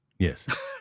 Yes